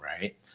right